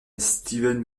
steven